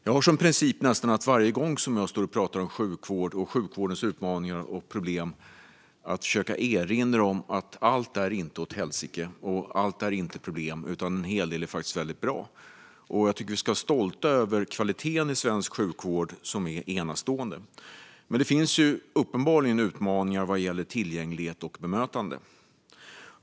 Jag har som princip att nästan varje gång jag pratar om sjukvård och sjukvårdens utmaningar och problem försöka erinra om att allt inte är åt helsike och allt inte är problem utan att en hel del faktiskt är väldigt bra. Jag tycker att vi ska vara stolta över kvaliteten i svensk sjukvård, som är enastående. Men det finns uppenbarligen utmaningar vad gäller tillgänglighet och bemötande.